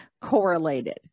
correlated